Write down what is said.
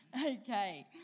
Okay